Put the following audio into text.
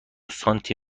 سانتی